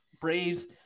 Braves